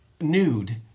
nude